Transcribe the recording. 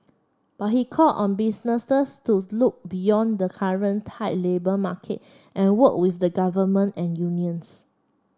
but he called on businesses to look beyond the current tight labour market and work with the government and unions